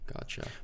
Gotcha